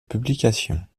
publications